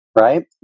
right